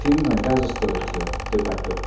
तिन घन्टा जस्तोको थियो त्यो बाटो